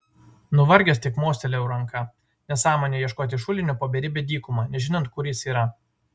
nuvargęs tik mostelėjau ranka nesąmonė ieškoti šulinio po beribę dykumą nežinant kur jis yra